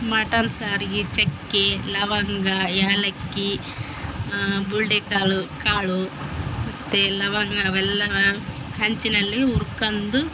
mutton ಸಾರ್ಗಿ ಚಕ್ಕೆ ಲವಂಗ ಏಲಕ್ಕಿ ಬುಲ್ಡೆ ಕಾಲು ಕಾಳು ಮತ್ತು ಲವಂಗ ಅವೆಲ್ಲ ಹಂಚಿನಲ್ಲಿ ಹುರ್ಕಂಡು